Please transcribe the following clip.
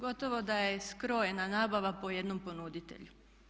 Gotovo da je skrojena nabava po jednom ponuditelju.